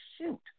shoot